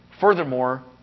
Furthermore